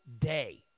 day